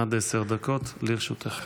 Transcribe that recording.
עד עשר דקות לרשותך.